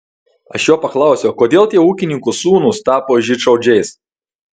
aš jo paklausiau kodėl tie ūkininkų sūnūs tapo žydšaudžiais